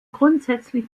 grundsätzlich